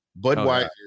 Budweiser